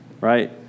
right